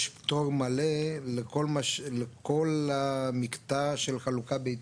יש פטור מלא לכל המקטע של חלוקה ביתית,